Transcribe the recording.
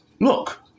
look